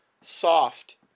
soft